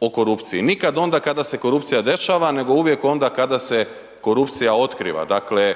o korupciji, nikad onda kada se korupcija dešava nego uvijek onda kada se korupcija otkriva. Dakle